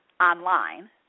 online